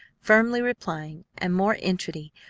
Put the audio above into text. firmly replying, and more entreaty,